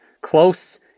Close